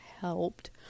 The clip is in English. helped